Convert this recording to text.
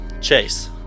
Chase